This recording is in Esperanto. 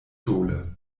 sole